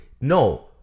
no